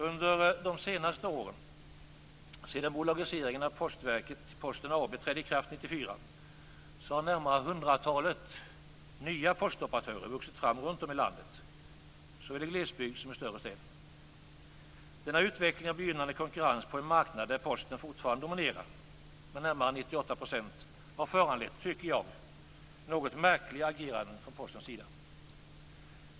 Under de senaste åren, sedan bolagiseringen av Postverket till Posten AB trädde i kraft 1994, har närmare hundratalet nya postoperatörer vuxit fram runt om i landet såväl i glesbygd som i större städer. Denna utveckling av begynnande konkurrens på en marknad där Posten fortfarande dominerar med närmare 98 % har, tycker jag, föranlett ett något märkligt agerande från Postens sida.